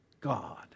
God